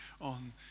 on